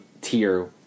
tier